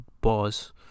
boss